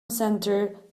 center